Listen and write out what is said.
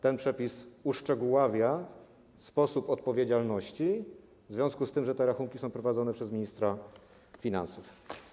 Ten przepis uszczegóławia kwestię odpowiedzialności, w związku z tym, że te rachunki są prowadzone przez ministra finansów.